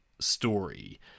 story